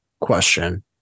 question